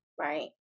right